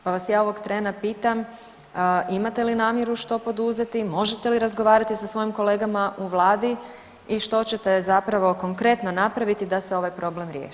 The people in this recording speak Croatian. Pa vas ja ovog trena pitam imate li namjeru što poduzeti, možete li razgovarati sa svojim kolegama u vladi i što ćete zapravo konkretno napraviti da se ovaj problem riješi?